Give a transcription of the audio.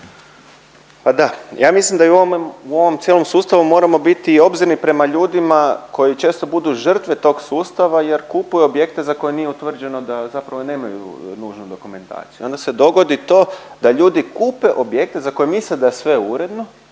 Pa da, ja mislim da i u ovom cijelom sustavu moramo biti i obzirni prema ljudima koji često budu žrtve tog sustava jer kupuju objekte za koje nije utvrđeno da zapravo nemaju nužnu dokumentaciju. Onda se dogodi to da ljudi kupe objekte za koje misle da je sve uredno.